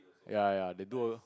ya ya they do